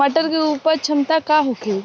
मटर के उपज क्षमता का होखे?